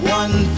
one